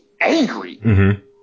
angry